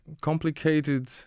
complicated